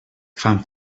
fan